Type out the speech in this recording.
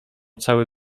cały